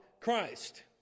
Christ